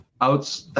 out